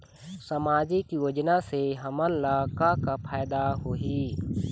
सामाजिक योजना से हमन ला का का फायदा होही?